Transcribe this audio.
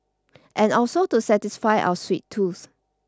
and also to satisfy our sweet tooth